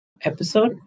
Episode